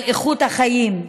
על איכות החיים,